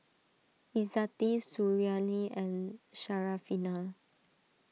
Izzati Suriani and Syarafina